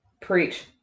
Preach